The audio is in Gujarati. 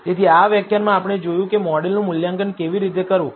તેથી આ વ્યાખ્યાનમાં આપણે જોયું કે મોડેલનું મૂલ્યાંકન કેવી રીતે કરવું